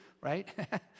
right